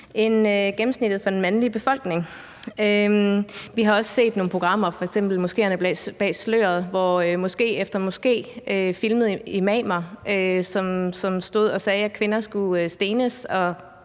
end gennemsnittet for den mandlige befolkning. Vi har også set nogle programmer, f.eks. »Moskeerne bag sløret«, hvor man i moské efter moské filmede imamer, der stod og sagde, at kvinder skulle stenes,